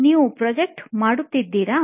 ನೀವು ಪ್ರಾಜೆಕ್ಟ್project ಮಾಡುತ್ತಿದ್ದೀರಿಯಾ